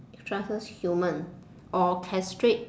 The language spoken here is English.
crushes human or castrate